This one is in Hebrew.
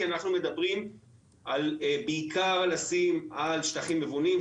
כי אנחנו מדברים בעיקר על לשים על שטחים מבונים,